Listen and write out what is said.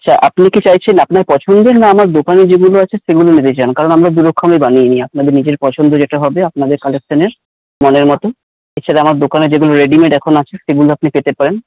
আচ্ছা আপনি কী চাইছেন আপনার পছন্দের না আমার দোকানে যেগুলো আছে সেগুলোই নিতে চান কারণ আমরা দু রকমের বানিয়ে দিই আপনাদের নিজের পছন্দ যেটা হবে আপনাদের কালেকশনের মনের মতো এছাড়া আমার দোকানে যেগুলো রেডিমেড এখন আছে সেগুলো আপনি পেতে পারেন